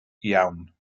iawn